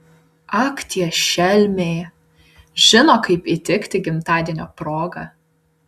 ak tie šelmiai žino kaip įtikti gimtadienio proga